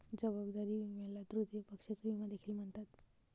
जबाबदारी विम्याला तृतीय पक्षाचा विमा देखील म्हणतात